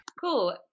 Cool